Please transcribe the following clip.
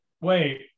wait